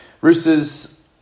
Roosters